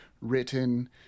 written